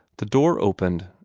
the door opened,